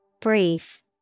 Brief